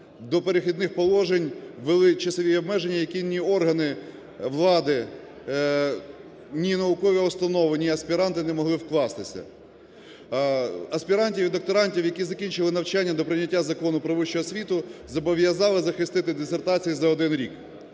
до перехідних положень ввели часові обмеження, в які ні органи влади, ні наукові установи, ні аспіранти не могли вкластися. Аспірантів і докторантів, які закінчили навчання до прийняття Закону "Про вищу освіту", зобов'язали захистити дисертації за один рік.